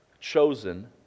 chosen